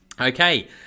okay